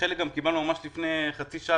וחלק גם קיבלנו ממש לפני חצי שעה,